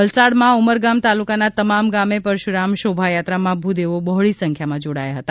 વલસાડમાં ઊમરગામ તાલુકાના તમામ ગામે પરશુરામ શોભાયાત્રામાં ભૂદેવો બહોળી સંખ્યામાં જોડાયા હતા